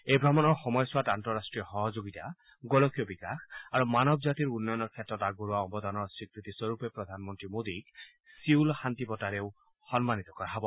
এই ভ্ৰমণৰ সময়ছোৱাত আন্তঃৰাষ্ট্ৰীয় সহযোগিতা গোলকীয় বিকাশ আৰু মানৱ জাতিৰ উন্নয়নৰ ক্ষেত্ৰত আগবঢ়োৱা অৱদানৰ স্বীকৃতি স্বৰূপে প্ৰধানমন্তী মোদীক চিউল শান্তি বঁটাৰেও সন্মানিত কৰা হ'ব